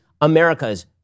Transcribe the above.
America's